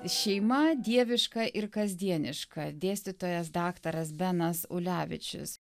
šeima dieviška ir kasdieniška dėstytojas daktaras benas ulevičius